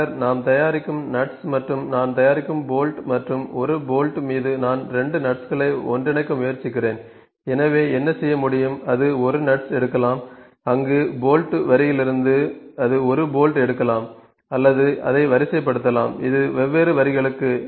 பின்னர் நாம் தயாரிக்கும் நட்ஸ் மற்றும் நாம் தயாரிக்கும் போல்ட் மற்றும் 1 போல்ட் மீது நான் 2 நட்ஸ்களை ஒன்றிணைக்க முயற்சிக்கிறேன் எனவே என்ன செய்ய முடியும் அது 1 நட்ஸ் எடுக்கலாம் அங்கு போல்ட் வரியிலிருந்து அது 1 போல்ட் எடுக்கலாம் அல்லது அதை வரிசைப்படுத்தலாம் இது வெவ்வேறு வரிகளுக்கு